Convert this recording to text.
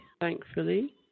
thankfully